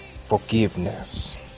Forgiveness